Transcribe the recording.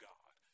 God